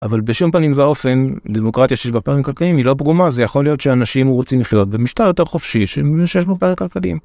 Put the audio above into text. אבל בשום פנים ואופן, דמוקרטיה שיש בה פערים כלכליים היא לא פגומה, זה יכול להיות שאנשים רוצים לחיות במשטר יותר חופשי שיש בו פערים כלכליים.